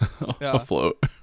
afloat